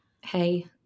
Hey